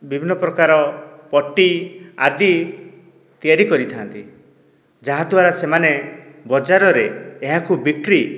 ବିଭିନ୍ନ ପ୍ରକାର ପଟି ଆଦି ତିଆରି କରିଥାନ୍ତି ଯାହାଦ୍ଵାରା ସେମାନେ ବଜାରରେ ଏହାକୁ ବିକ୍ରି